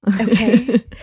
Okay